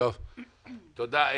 תודה.